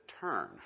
turn